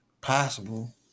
Possible